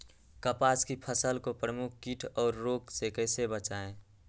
कपास की फसल को प्रमुख कीट और रोग से कैसे बचाएं?